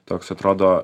toks atrodo